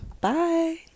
Bye